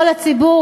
כל הציבור,